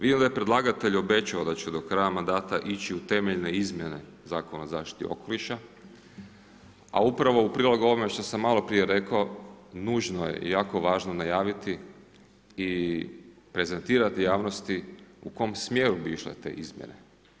Vidim da je predlagatelj obećao da će do kraja mandata ići u temeljne izmjene Zakona o zaštiti okoliša, a upravo u prilog ovome što sam maloprije rekao, nužno je i jako važno najaviti i prezentirati javnosti u kom smjeru bi išle te izmjene.